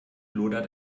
lodert